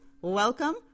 welcome